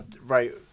Right